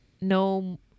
no